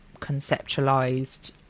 conceptualized